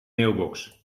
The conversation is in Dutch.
mailbox